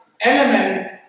element